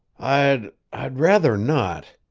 i'd i'd rather not.